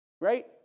right